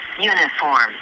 Uniform